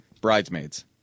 Bridesmaids